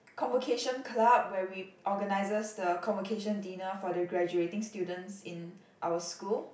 convocation club where we organizes the convocation dinner for the graduating students in our school